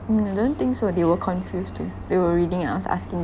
mm I don't think so they were confused too they were reading and I was asking